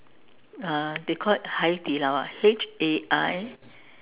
uh they call it Hai-Di-Lao ah H A I